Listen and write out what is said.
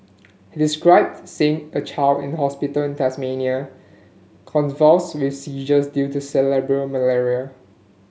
he described seeing a child in a hospital in Tanzania convulsed with seizures due to cerebral malaria